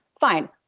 Fine